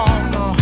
no